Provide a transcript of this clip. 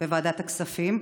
בוועדת הכספים.